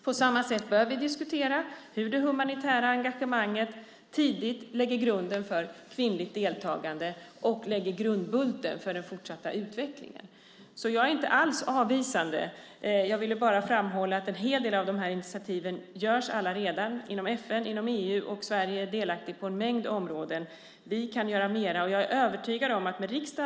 Vi bör också diskutera hur det humanitära engagemanget tidigt lägger grunden för kvinnligt deltagande och grundbulten för den fortsatta utvecklingen. Jag är inte alls avvisande. Jag ville bara framhålla att en hel del av de här initiativen redan tas inom FN och EU och att Sverige är delaktigt på en mängd områden. Men vi kan göra mer.